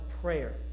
prayer